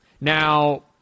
Now